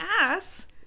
ass